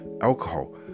alcohol